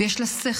ויש לה שכל,